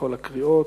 בכל הקריאות.